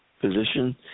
position